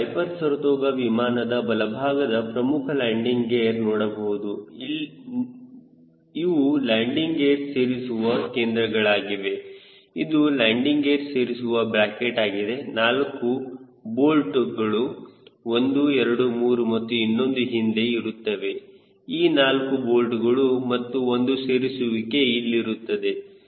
ನೀವು Piper Saratoga ವಿಮಾನದ ಬಲಭಾಗದ ಪ್ರಮುಖ ಲ್ಯಾಂಡಿಂಗ್ ಗೇರ್ ನೋಡಬಹುದು ಇವು ಲ್ಯಾಂಡಿಂಗ್ ಗೇರ್ ಸೇರಿಸುವ ಕೇಂದ್ರಗಳಾಗಿವೆ ಇದು ಲ್ಯಾಂಡಿಂಗ್ ಗೇರ್ ಸೇರಿಸುವ ಬ್ರಾಕೆಟ್ ಆಗಿದೆ 4 ಚಿಲಿಕಗಳು 1 2 3 ಮತ್ತು ಇನ್ನೊಂದು ಹಿಂದೆ ಇರುತ್ತದೆ ಈ 4 ಚಿಲಿಕಗಳು ಮತ್ತು 1 ಸೇರಿಸುವಿಕೆ ಇಲ್ಲಿರುತ್ತದೆ